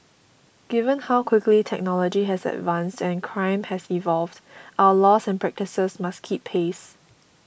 given how quickly technology has advanced and crime has evolved our laws and practices must keep pace